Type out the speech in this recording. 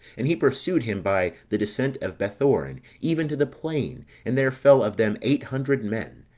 and he pursued him by the descent of bethoron, even to the plain, and there fell of them eight hundred men,